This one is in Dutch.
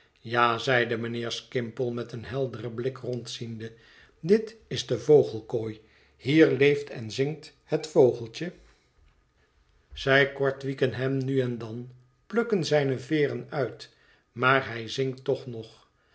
ja zeide mijnheer skimpole met een helderen blik rondziende dit is de vogelkooi hier leeft en zingt het vogeltje zij kortwieken hem nu en dan plukken zijne veeren uit maar hij zingt toch nog